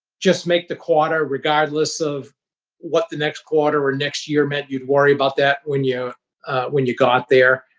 just make the quarter regardless of what the next quarter or next year meant. you'd worry about that when you when you got there.